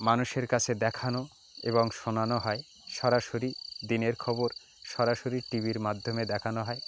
মানুষের কাছে দেখানো এবং শোনানো হয় সরাসরি দিনের খবর সরাসরি টি ভির মাধ্যমে দেখানো হয়